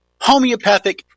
homeopathic